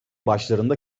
başlarında